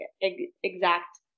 exact